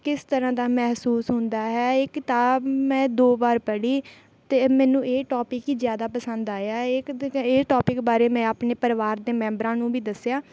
ਕਿਸ ਤਰ੍ਹਾਂ ਦਾ ਮਹਿਸੂਸ ਹੁੰਦਾ ਹੈ ਇਹ ਕਿਤਾਬ ਮੈਂ ਦੋ ਵਾਰ ਪੜ੍ਹੀ ਅਤੇ ਮੈਨੂੰ ਇਹ ਟੋਪਿਕ ਹੀ ਜ਼ਿਆਦਾ ਪਸੰਦ ਆਇਆ ਹੈ ਇਹ ਇਹ ਟੋਪਿਕ ਬਾਰੇ ਮੈਂ ਆਪਣੇ ਪਰਿਵਾਰ ਦੇ ਮੈਂਬਰਾਂ ਨੂੰ ਵੀ ਦੱਸਿਆ